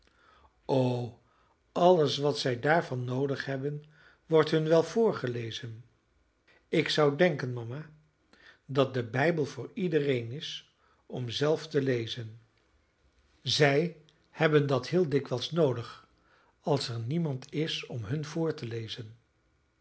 o alles wat zij daarvan noodig hebben wordt hun wel voorgelezen ik zou denken mama dat de bijbel voor iedereen is om zelf te lezen zij hebben dat heel dikwijls noodig als er niemand is om hun voor te lezen